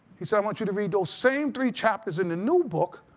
he said, i want you to read those same three chapters in the new book,